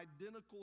identical